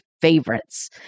favorites